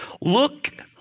Look